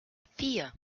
vier